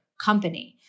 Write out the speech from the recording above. company